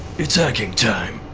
it's hacking time.